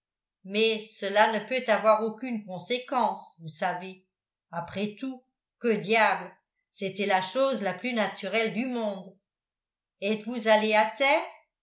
mais cela ne peut avoir aucune conséquence vous savez après tout que diable c'était la chose la plus naturelle du monde etes-vous allé à terre